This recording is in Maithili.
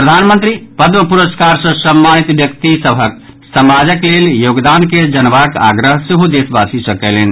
प्रधानमंत्री पद्म पुरस्कार सँ सम्मानित व्यक्ति सभक समाजक लेल योगदान के जानबाक आग्रह सेहो देशवासी सँ कयलनि